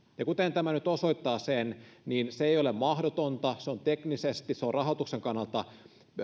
kuten tämä nyt osoittaa niin se ei ole mahdotonta se on teknisesti se on rahoituksen kannalta